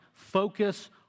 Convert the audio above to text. focus